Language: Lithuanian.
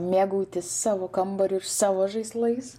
mėgautis savo kambarium ir savo žaislais